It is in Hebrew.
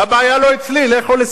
לכו לשר המשפטים.